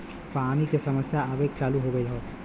पानी के समस्या आवे चालू हो गयल हौ